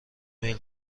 میل